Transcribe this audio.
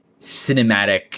cinematic